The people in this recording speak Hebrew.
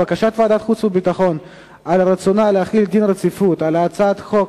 בקשת ועדת החוץ והביטחון להחיל דין רציפות על הצעת חוק